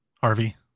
harvey